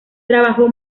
trabajó